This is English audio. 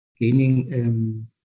gaining